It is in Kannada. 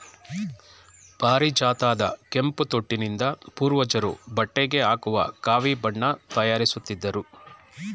ಪಾರಿಜಾತದ ಕೆಂಪು ತೊಟ್ಟಿನಿಂದ ಪೂರ್ವಜರು ಬಟ್ಟೆಗೆ ಹಾಕುವ ಕಾವಿ ಬಣ್ಣ ತಯಾರಿಸುತ್ತಿದ್ರು